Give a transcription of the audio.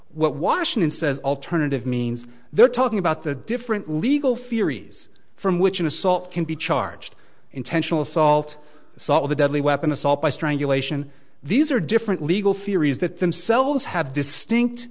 what washington says alternative means they're talking about the different legal theories from which an assault can be charged intentional assault sought with a deadly weapon assault by strangulation these are different legal theories that themselves have distinct